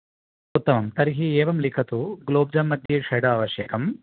उत्तमं तर्हि एवं लिखतु गुलाब् जाम् मध्ये षड् आवश्यकम्